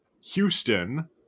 Houston –